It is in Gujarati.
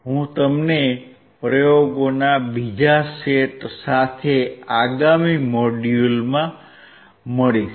હું તમને પ્રયોગોના બીજા સેટ સાથે આગામી મોડ્યુલમાં મળીશ